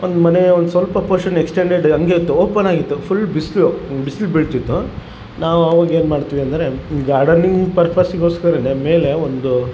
ಒಂದುಮನೆ ಒಂದು ಸ್ವಲ್ಪ portion extended ಹಂಗೆ ಇತ್ತು ಓಪನ್ ಆಗಿತ್ತು ಫುಲ್ ಬಿಸಿಲು ಬಿಸ್ಲು ಬೀಳ್ತಿತ್ತು ನಾವು ಅವಾಗ ಏನು ಮಾಡ್ತಿವಿ ಅಂದರೆ ಗಾರ್ಡನಿಂಗ್ ಪರ್ಪಸ್ಸಿಗೋಸ್ಕರನೆ ಮೇಲೆ ಒಂದು